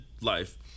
life